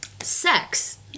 sex